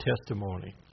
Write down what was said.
testimony